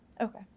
Okay